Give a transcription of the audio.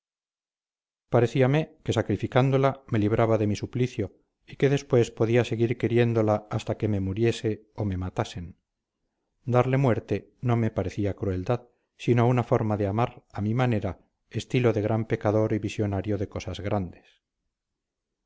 compasión parecíame que sacrificándola me libraba de mi suplicio y que después podía seguir queriéndola hasta que me muriese o me matasen darle muerte no me parecía crueldad sino una forma de amar a mi manera estilo de gran pecador y visionario de cosas grandes